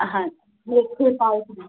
ਹਾਂ ਮੇਥੇ ਪਾਲਕ ਬੀ